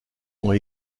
ont